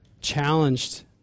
challenged